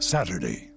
Saturday